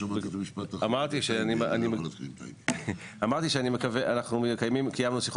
אתמול קיבלנו שורה